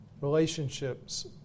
relationships